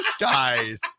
Guys